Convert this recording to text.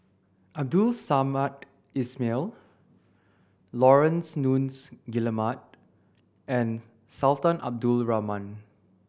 Abdul Samad Ismail Laurence Nunns Guillemard and Sultan Abdul Rahman